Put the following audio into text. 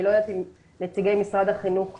אני לא יודעת אם נציגי משרד החינוך כאן,